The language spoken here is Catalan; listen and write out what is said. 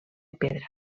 pedra